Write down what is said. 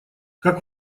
как